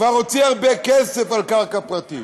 כבר הוציא הרבה כסף על קרקע פרטית.